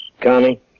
Connie